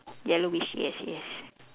yellowish yes yes